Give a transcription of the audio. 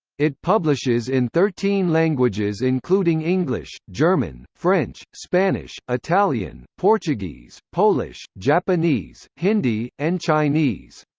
it publishes in thirteen languages including english, german, french, spanish, italian, portuguese, polish, japanese, hindi, and chinese.